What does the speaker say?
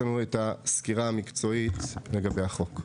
לנו את הסקירה המקצועית לגבי החוק.